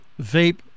Vape